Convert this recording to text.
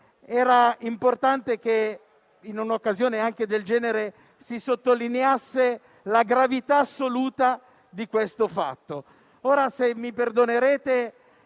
Era importante che, in un'occasione del genere, si sottolineasse la gravità assoluta di questo fatto. Ora, se mi perdonerete